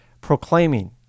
proclaiming